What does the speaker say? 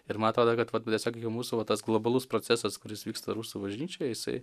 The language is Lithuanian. ir man atrodo kad vat tiesiog iki mūsų va tas globalus procesas kuris vyksta rusų bažnyčioje jisai